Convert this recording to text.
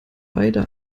beide